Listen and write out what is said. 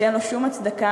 שאין לו שום הצדקה.